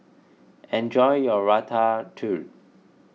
enjoy your Ratatouille